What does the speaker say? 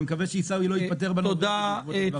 אני מקווה שעיסאווי לא יתפטר ב"נורבגי" בעקבות הדברים.